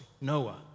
Noah